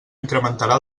incrementarà